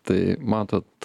tai matot